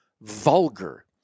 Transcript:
vulgar